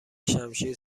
شمشیر